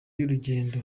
y’urugendo